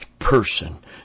person